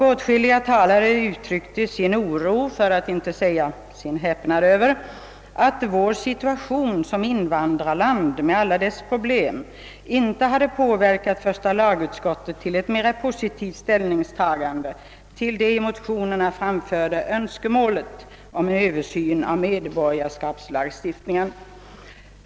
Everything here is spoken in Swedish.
Åtskilliga talare uttryckte sin oro, för att inte säga sin häpnad, över att vår situation som invandrarland med alla de problem som därmed sammanhänger inte hade påverkat första lagutskottet till ett mera positivt ställningstagande till det i motionerna framförda önskemålet om en översyn av medborgarlagstiftningen.